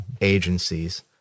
agencies